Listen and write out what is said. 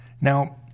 Now